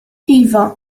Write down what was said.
iva